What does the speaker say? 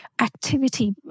activity